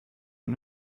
und